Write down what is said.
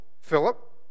Philip